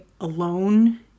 alone